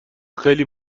خیلی